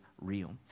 real